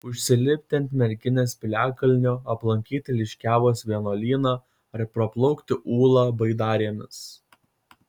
užsilipti ant merkinės piliakalnio aplankyti liškiavos vienuolyną ar praplaukti ūlą baidarėmis